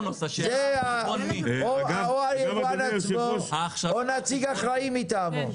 או היבואן עצמו או נציג אחראי מטעמו.